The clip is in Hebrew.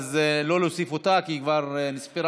אז לא להוסיף אותה, כי היא כבר נספרה.